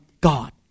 God